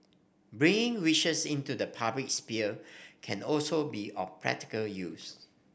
bringing wishes into the public sphere can also be of practical use